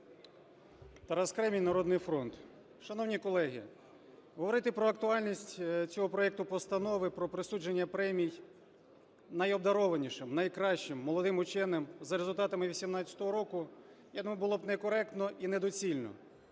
Тарас Кремінь, "Народний фронт". Шановні колеги, говорити про актуальність цього проекту Постанови про присудження премій найобдарованішим, найкращим молодим вченим за результатами 18-го року, я думаю, було б некоректно і недоцільно,